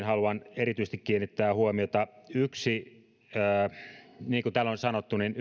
haluan erityisesti kiinnittää huomiota opettajan rooliin niin kuin täällä on sanottu niin